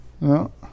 No